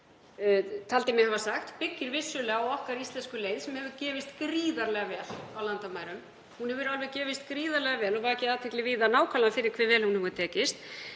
taldi mig hafa sagt, byggir vissulega á okkar íslensku leið sem hefur gefist gríðarlega vel á landamærum. Hún hefur gefist gríðarlega vel og vakið athygli víða nákvæmlega fyrir hve vel hún hefur tekist.